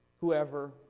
whoever